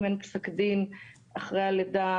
אם אין פסק דין אחרי הלידה,